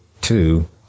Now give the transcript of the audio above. Two